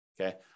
Okay